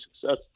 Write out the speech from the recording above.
success